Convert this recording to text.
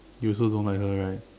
you also don't like her right